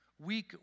Weak